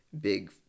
big